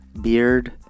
beard